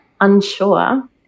unsure